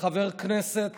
כחבר כנסת